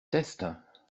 test